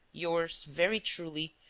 yours very truly,